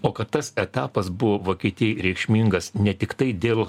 o kad tas etapas buvo vokietijai reikšmingas ne tiktai dėl